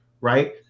right